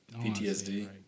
ptsd